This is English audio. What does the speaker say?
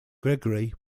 gregory